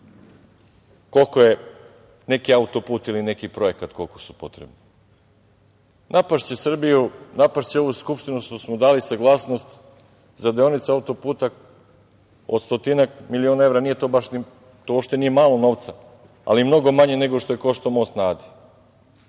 koliko je neki autoput ili neki projekat, koliko su u stvari potrebni. Napašće Srbiju, napašće ovu Skupštinu što smo dali saglasnost za deonice autoputa od stotinak miliona evra, a to uopšte nije malo novca, ali je mnogo manje nego što košta most na Adi,